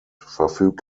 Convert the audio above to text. verfügt